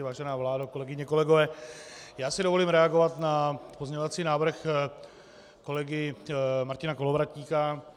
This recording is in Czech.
Vážená vládo, kolegyně, kolegové, já si dovolím reagovat na pozměňovací návrh kolegy Martina Kolovratníka.